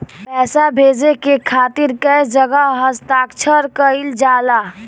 पैसा भेजे के खातिर कै जगह हस्ताक्षर कैइल जाला?